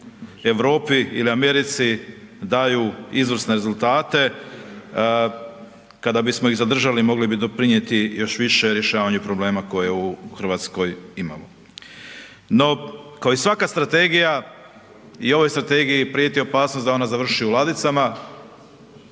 Europi ili Americi daju izvrsne rezultate, kada bismo ih zadržali mogli bi doprinijeti još više rješavanju problema koje u Hrvatskoj imamo. No kao i svaka Strategija, i ovoj Strategiji prijeti opasnost da ona završi u ladicama